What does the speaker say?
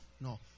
No